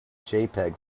jpeg